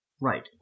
Right